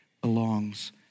belongs